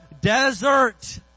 desert